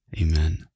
Amen